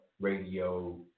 radio